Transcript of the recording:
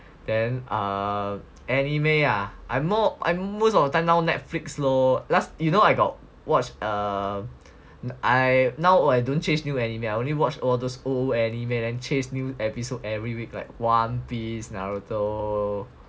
then um anime ah I'm more I'm most of the time now Netflix lor last you know I got watch err I now I don't chase new anime I only watched all those old anime and chase new episode every week like One Piece Naruto